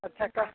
अच्छा कब